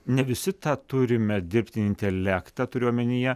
ne visi tą turime dirbtinį intelektą turiu omenyje